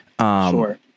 Sure